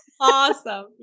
awesome